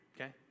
Okay